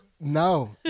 No